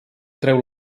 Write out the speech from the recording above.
treu